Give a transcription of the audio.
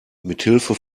mithilfe